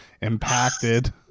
impacted